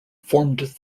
formed